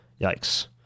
yikes